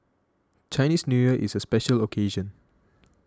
Chinese New Year is a special occasion